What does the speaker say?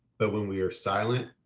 but when we are silent,